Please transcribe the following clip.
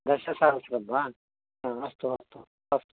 दशसहस्रं वा अस्तु अस्तु अस्तु